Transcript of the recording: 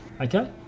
Okay